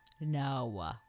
no